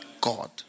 God